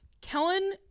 Kellen